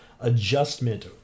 adjustment